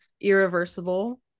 Irreversible